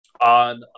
on